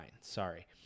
Sorry